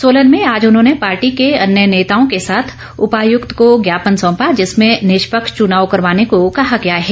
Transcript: सोलन में आज उन्होंने पार्टी के अन्य नेताओं के साथ उपायुक्त को ज्ञापन सौंपा जिसमें निष्पक्ष चुनाव करवाने को कहा गया है